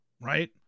right